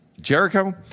Jericho